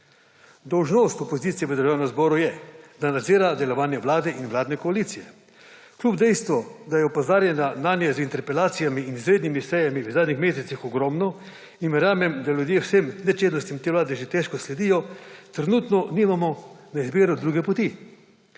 Dolžnost opozicije v Državnem zboru je, da nadzira delovanje vlade in vladne koalicije. Kljub dejstvu, da je opozarjanja nanje z interpelacijami in izrednimi sejami v zadnjih mesecih ogromno, in verjamem, da ljudje vsem nečednostim te vlade že težko sledijo, trenutno nimamo na izbiro druge poti.